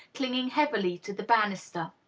clinging heavily to the banister.